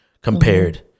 compared